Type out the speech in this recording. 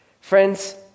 Friends